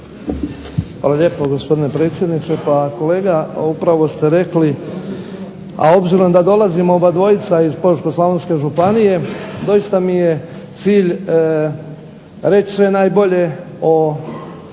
Hvala lijepo gospodine predsjedniče. Pa kolega upravo ste rekli, a obzirom da dolazimo obadvojica iz Požeško-slavonske županije doista mi je cilj reći sve najbolje o